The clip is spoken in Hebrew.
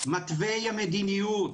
מתווי המדיניות,